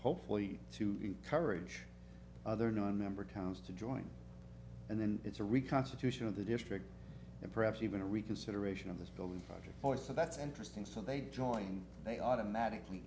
hopefully to encourage other non member towns to join and then it's a reconstitution of the district and perhaps even a reconsideration of this building or so that's interesting so they join they automatically